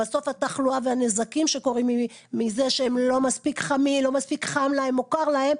ובסוף התחלואה והנזקים שקורים מזה שלא מספיק חם להם או קר להם.